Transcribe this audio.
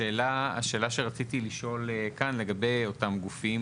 השאלה שרציתי לשאול כאן לגבי אותם גופים,